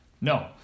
No